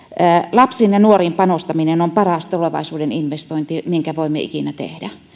lapsiin ja nuoriin panostaminen on paras tulevaisuuden investointi minkä voimme ikinä tehdä